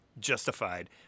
Justified